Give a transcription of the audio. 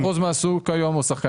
90 ומשהו אחוז מהשוק היום הם שחקנים